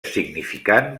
significant